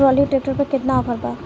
Trolley tractor पर केतना offer बा?